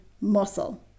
muscle